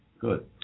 Good